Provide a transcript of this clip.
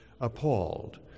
appalled